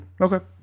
Okay